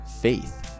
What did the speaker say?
faith